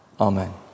Amen